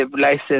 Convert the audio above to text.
license